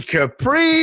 Capri